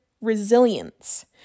resilience